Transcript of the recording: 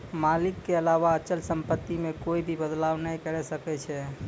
मालिक के अलावा अचल सम्पत्ति मे कोए भी बदलाव नै करी सकै छै